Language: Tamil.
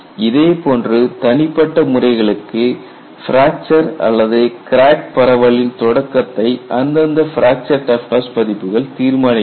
இதேபோன்று தனிப்பட்ட முறைகளுக்கு பிராக்சர் அல்லது கிராக் பரவலின் தொடக்கத்தை அந்தந்த பிராக்சர் டஃப்னஸ் மதிப்புகள் தீர்மானிக்கின்றன